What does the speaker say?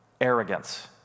Arrogance